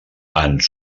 ens